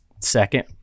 second